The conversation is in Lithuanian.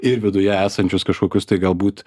ir viduje esančius kažkokius tai galbūt